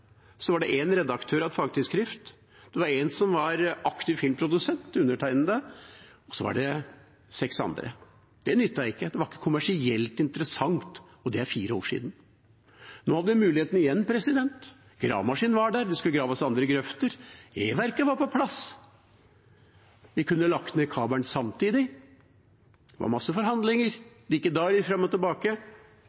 en redaktør av et fagtidsskrift, det var en som var aktiv filmprodusent – undertegnede – og så var det seks andre. Det nyttet ikke, det var ikke kommersielt interessant – og det er fire år siden. Nå hadde vi muligheten igjen. Gravemaskinen var der, det skulle graves andre grøfter, E-verket var på plass. Vi kunne lagt ned kabelen samtidig, det var masse forhandlinger,